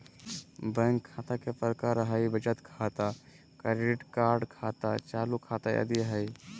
bank खता के प्रकार हइ बचत खाता, क्रेडिट कार्ड खाता, चालू खाता आदि हइ